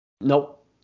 Nope